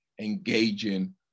engaging